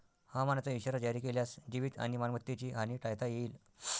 हवामानाचा इशारा जारी केल्यास जीवित आणि मालमत्तेची हानी टाळता येईल